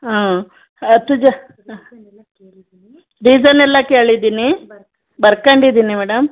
ಹಾಂ ಹತ್ತು ಜ ರೀಸನ್ ಎಲ್ಲಾ ಕೇಳಿದೀನಿ ಬರ್ಕೊಂಡಿದೀನಿ ಮೇಡಮ್